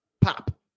Pop